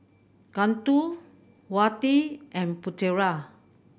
Guntur Wati and Putera